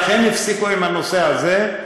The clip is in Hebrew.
לכן הפסיקו עם הנושא הזה.